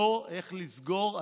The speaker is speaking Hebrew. לא איך לסגור,